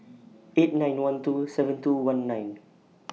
eight nine one two seven two one nine